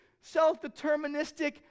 self-deterministic